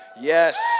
Yes